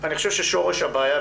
אני חושב ששורש הבעיה,